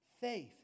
Faith